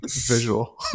visual